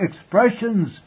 expressions